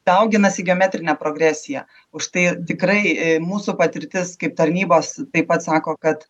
dauginasi geometrine progresija užtai tikrai mūsų patirtis kaip tarnybos taip pat sako kad